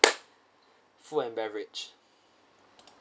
food and beverage